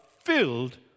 filled